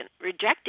rejecting